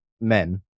men